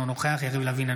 אינו נוכח יריב לוין,